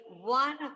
one